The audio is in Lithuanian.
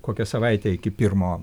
kokia savaitė iki pirmo